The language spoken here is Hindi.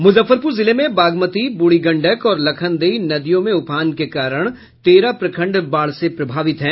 मुजफ्फरपुर जिले में बागमती ब्रूढ़ी गंडक और लखनदेई नदियों में उफान के कारण तेरह प्रखंड बाढ़ से प्रभावित है